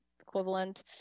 equivalent